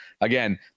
again